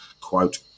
quote